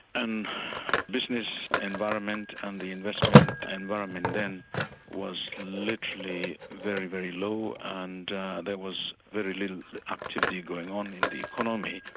and the business environment and the investment environment then was literally very, very low and there was very little activity going on in the economy.